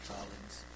Collins